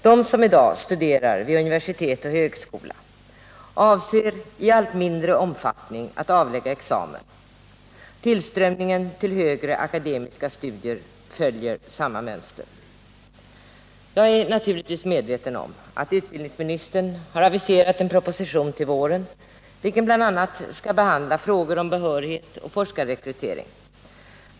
De som i dag studerar vid universitet och högskola avser i allt mindre omfattning att avlägga examen. Tillströmningen till högre akademiska studier följer samma mönster. Jag är naturligtvis medveten om att utbildningsministern har aviserat en proposition till våren, vilken bl.a. skall behandla frågor om behörighet och forskarrekrytering.